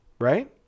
Right